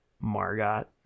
Margot